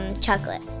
chocolate